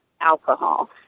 alcohol